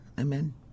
Amen